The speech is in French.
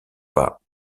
pas